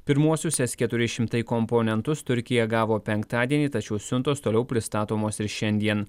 pirmuosius es keturi šimtai komponentus turkija gavo penktadienį tačiau siuntos toliau pristatomos ir šiandien